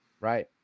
Right